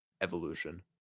evolution